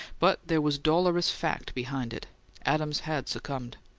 but there was dolorous fact behind it adams had succumbed.